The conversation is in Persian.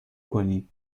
کنی